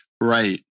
Right